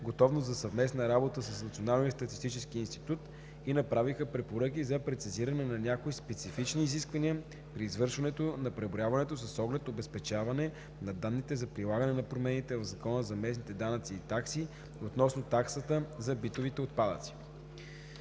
готовност за съвместна работа с Националния статистически институт и направиха препоръки за прецизиране на някои специфични изисквания при извършване на преброяването с оглед обезпечаване на данните за прилагане на промените в Закона за местните данъци и такси относно таксата за битовите отпадъци.